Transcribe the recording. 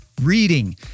Reading